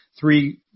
three –